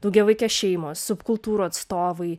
daugiavaikės šeimos subkultūrų atstovai